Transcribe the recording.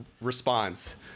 response